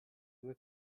due